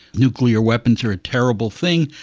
nuclear weapons are a terrible thing,